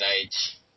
age